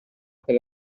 tali